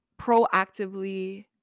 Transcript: proactively